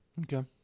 Okay